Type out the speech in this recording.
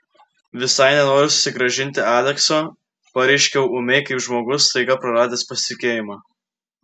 visai nenoriu susigrąžinti alekso pareiškiau ūmiai kaip žmogus staiga praradęs pasitikėjimą